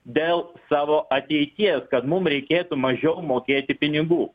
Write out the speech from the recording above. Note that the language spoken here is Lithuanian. dėl savo ateities kad mum reikėtų mažiau mokėti pinigų